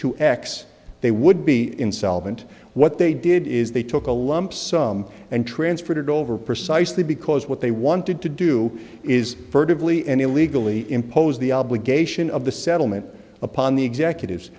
to x they would be insolvent what they did is they took a lump sum and transferred it over precisely because what they wanted to do is furtively and illegally impose the obligation of the settlement upon the executives